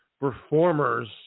performers